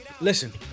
listen